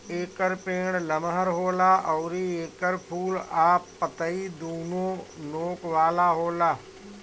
एकर पेड़ लमहर होला अउरी एकर फूल आ पतइ दूनो नोक वाला होला